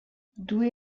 doue